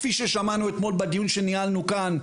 כפי ששמענו אתמול בדיון שניהלנו כאן,